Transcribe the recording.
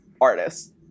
artists